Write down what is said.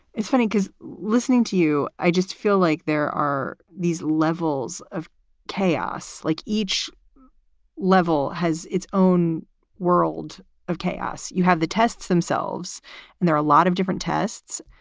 it's funny because listening to you, i just feel like there are these levels of chaos, like each level has its own world of chaos. you have the tests themselves and there are a lot of different tests.